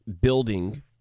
building